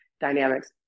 dynamics